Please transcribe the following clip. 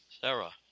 Sarah